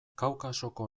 kaukasoko